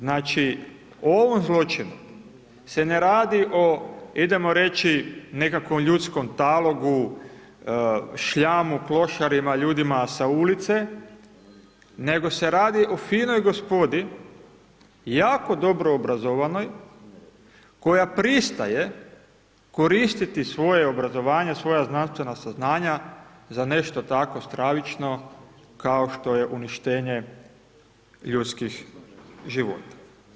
Znači, ovom zločinu se ne radi o, idemo reći, nekakvom ljudskom talogu, šljamu, klošarima, ljudima sa ulice, nego se radi o finoj gospodi, jako dobro obrazovanoj koja pristaje koristiti svoje obrazovanje, svoja znanstvena saznanja za nešto tako stravično, kao što je uništenje ljudskih života.